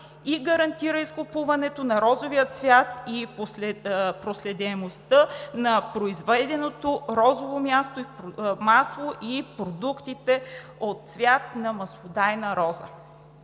и гарантира изкупуването на розовия цвят и проследяемостта на произведеното розово масло и продуктите от цвят на маслодайна роза.